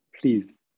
please